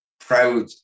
proud